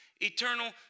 eternal